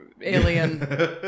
alien